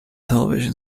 television